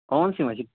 کون سی مچھلی